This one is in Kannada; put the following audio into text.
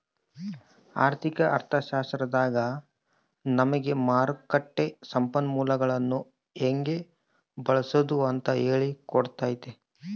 ಆರ್ಥಿಕ ಅರ್ಥಶಾಸ್ತ್ರದಾಗ ನಮಿಗೆ ಮಾರುಕಟ್ಟ ಸಂಪನ್ಮೂಲಗುಳ್ನ ಹೆಂಗೆ ಬಳ್ಸಾದು ಅಂತ ಹೇಳಿ ಕೊಟ್ತತೆ